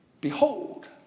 behold